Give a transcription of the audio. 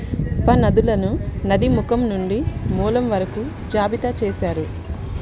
ఉపనదులను నది ముఖం నుండి మూలం వరకు జాబితా చేశారు